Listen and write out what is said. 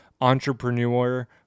entrepreneur